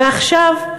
ועכשיו,